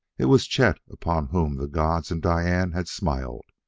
it was chet upon whom the gods and diane had smiled.